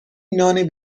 نان